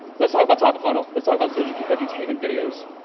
let's talk about top of funnel. let's talk about edutainment videos.